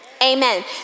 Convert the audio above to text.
Amen